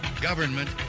government